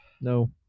No